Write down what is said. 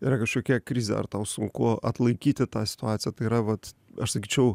yra kažkokia krizė ar tau sunku atlaikyti tą situaciją tai yra vat aš sakyčiau